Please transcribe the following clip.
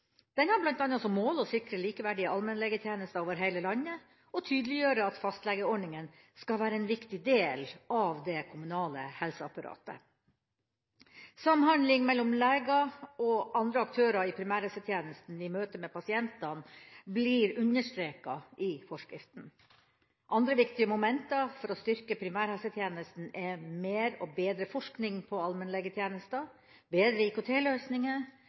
Den har bl.a. som mål å sikre likeverdige allmennlegetjenester over hele landet og tydeliggjøre at fastlegeordninga skal være en viktig del av det kommunale helseapparatet. Samhandling mellom leger og andre aktører i primærhelsetjenesten i møte med pasientene blir understreket i forskriften. Andre viktige momenter for å styrke primærhelsetjenesten er mer og bedre forskning på allmennlegetjenester, bedre